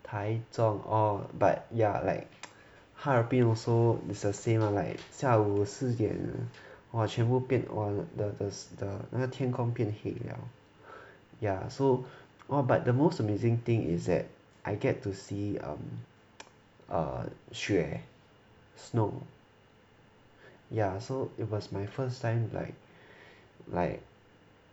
taichung orh but ya like 哈尔滨 also the same ah like 下午四点 !wah! 全部变 the the the 那天空变黑了 ya so what but the most amazing thing is that I get to see um err 雪 snow ya so it was my first time like like